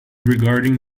regarding